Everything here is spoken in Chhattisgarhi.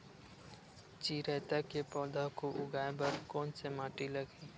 चिरैता के पौधा को उगाए बर कोन से माटी लगही?